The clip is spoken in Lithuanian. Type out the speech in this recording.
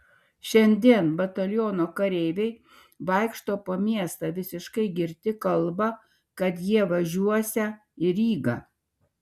šiandien bataliono kareiviai vaikšto po miestą visiškai girti kalba kad jie važiuosią į rygą